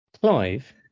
Clive